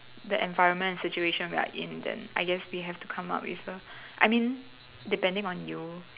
that environment and situation we are in then I guess we have to come out with A I mean depending on you